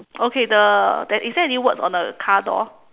okay the there is there any words on the car door